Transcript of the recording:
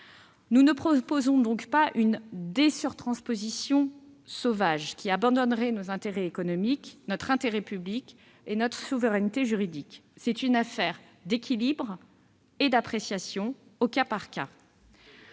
Nous ne proposons donc pas une dé-surtransposition sauvage qui abandonnerait nos intérêts économiques, notre intérêt public et notre souveraineté juridique. C'est une affaire d'équilibre et d'appréciation au cas par cas.